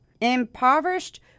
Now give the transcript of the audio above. impoverished